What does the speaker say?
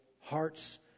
heart's